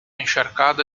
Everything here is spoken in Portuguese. encharcada